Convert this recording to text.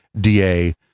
DA